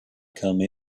come